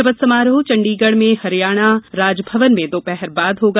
शपथ समारोह चंडीगढ़ में हरियाणा राजभवन में दोपहर बाद होगा